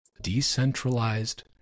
decentralized